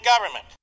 government